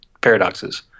paradoxes